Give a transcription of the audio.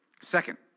Second